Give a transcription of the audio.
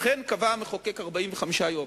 אכן קבע המחוקק 45 יום,